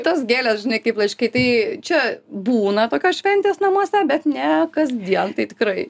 tos gėlės žinai kaip laiškai tai čia būna tokios šventės namuose bet ne kasdien tai tikrai